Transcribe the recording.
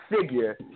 figure